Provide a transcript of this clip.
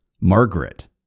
margaret